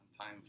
time